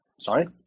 sorry